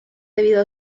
debido